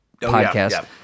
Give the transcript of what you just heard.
podcast